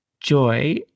joy